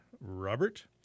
Robert